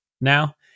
now